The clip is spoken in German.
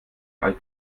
alt